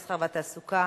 המסחר והתעסוקה,